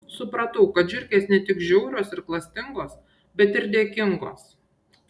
supratau kad žiurkės ne tik žiaurios ir klastingos bet ir dėkingos